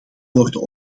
worden